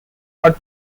are